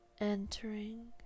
Entering